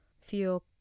feel